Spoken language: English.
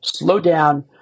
slowdown